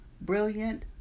brilliant